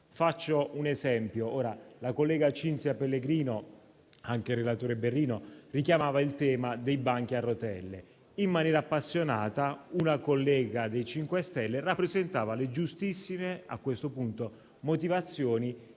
Faccio un esempio. Come la collega Cinzia Pellegrino, anche il relatore senatore Berrino richiamava il tema dei banchi a rotelle. In maniera appassionata, una collega del MoVimento 5 Stelle rappresentava le giustissime, a